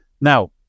Now